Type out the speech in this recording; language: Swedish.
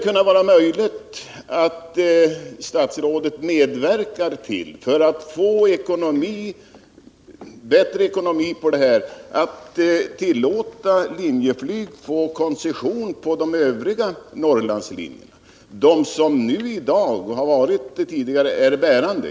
Kan statsrådet möjligen, för att åstadkomma en bättre ekonomi, medverka till att Linjeflyg får koncession på de övriga Norrlandslinjerna, dvs. de som tidigare har varit och som i dag är bärande?